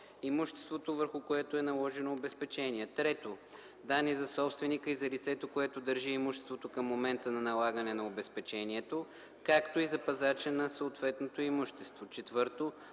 имуществото, върху което е наложено обезпечение; 3. данни за собственика и за лицето, което държи имуществото към момента на налагане на обезпечението, както и за пазача на съответното имущество; 4. други